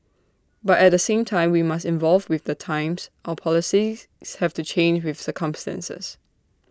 but at the same time we must evolve with the times our policies have to change with circumstances